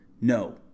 No